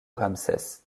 ramsès